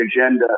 agenda